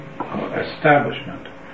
establishment